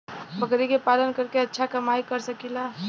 बकरी के पालन करके अच्छा कमाई कर सकीं ला?